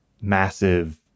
massive